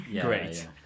great